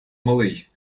малий